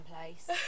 place